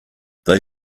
they